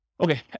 Okay